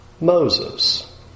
Moses